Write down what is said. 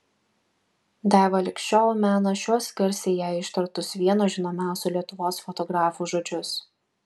daiva lig šiol mena šiuos garsiai jai ištartus vieno žinomiausių lietuvos fotografų žodžius